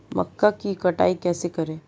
मक्का की कटाई कैसे करें?